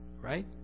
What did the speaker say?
right